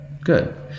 Good